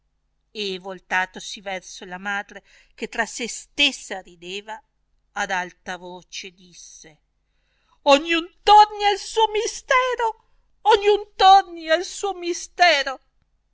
e voltatosi verso la madre che tra se stessa rideva ad alta voce disse ogni un torni al suo mistero ogni un torni al suo mistero